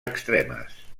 extremes